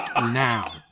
Now